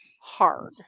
hard